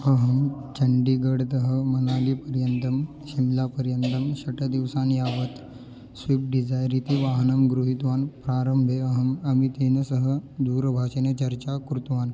अहं चण्डीगडतः मनालीपर्यन्तं शिम्लापर्यन्तं षट् दिवसान् यावत् स्विप् डिज़ैर् इति वाहनं गृहीत्वान् प्रारम्भे अहम् अमितेन सह दूरभाषेन चर्चां कृत्वान्